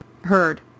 heard